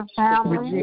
family